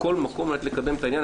בכל מקום על מנת לקדם את העניין.